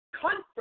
comfort